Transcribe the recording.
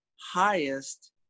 highest